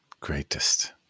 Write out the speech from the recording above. Greatest